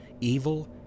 evil